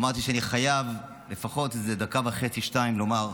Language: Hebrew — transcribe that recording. אמרתי שאני חייב לפחות איזה דקה וחצי, שתיים לומר.